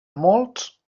molts